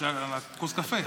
כוס קפה.